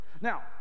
Now